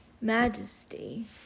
majesty